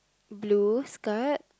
blue skirt